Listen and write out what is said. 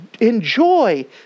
enjoy